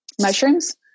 mushrooms